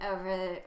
over